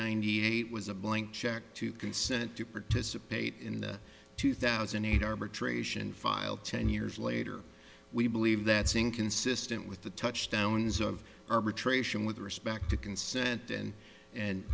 ninety eight was a blank check to consent to participate in the two thousand and eight arbitration filed ten years later we believe that's inconsistent with the touchstones of arbitration with respect to consent and and